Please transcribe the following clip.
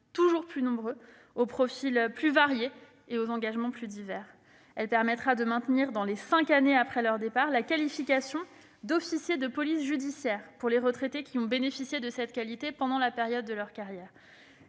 toujours plus nombreux, aux profils plus variés et aux engagements plus divers. Elle permettra de maintenir dans les cinq années après leur départ la qualification d'officier de police judiciaire pour les retraités ayant bénéficié de cette qualité pendant leur carrière.